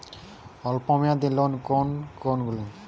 অল্প মেয়াদি লোন কোন কোনগুলি?